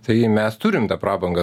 tai mes turim tą prabangą